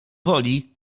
woli